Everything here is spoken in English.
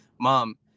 mom